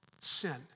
sin